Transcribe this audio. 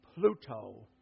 Pluto